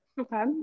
Okay